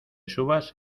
subas